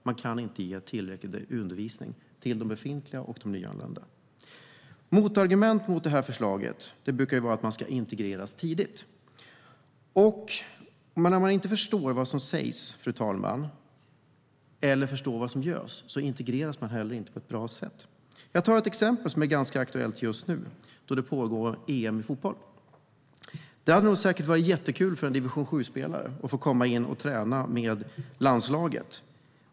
Man kan inte ge tillräcklig undervisning till vare sig de befintliga eller nyanlända eleverna. Argumentet mot vårt förslag brukar vara att man ska integreras tidigt. Men om man inte förstår vad som sägs eller vad som görs integreras man inte på ett bra sätt. Låt mig ta ett aktuellt exempel nu när EM i fotboll pågår. Det hade säkert varit jättekul för en spelare i division 7 att få träna med landslaget.